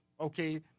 okay